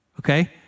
Okay